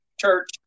church